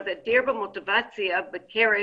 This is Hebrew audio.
היעדר במוטיבציה בקרב